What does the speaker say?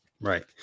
Right